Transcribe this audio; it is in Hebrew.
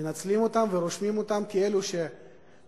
מנצלים אותם ורושמים אותם ככאלה שמקבלים